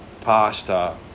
Pasta